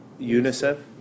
UNICEF